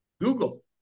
Google